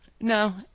No